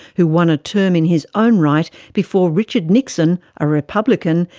who won a term in his own right before richard nixon, a republican,